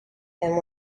and